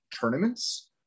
tournaments